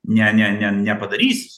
ne ne ne nepadarys